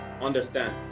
Understand